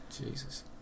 Jesus